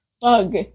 bug